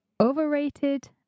overrated